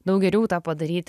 daug geriau tą padaryt